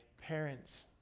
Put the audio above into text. Parents